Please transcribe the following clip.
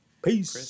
Peace